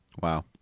Wow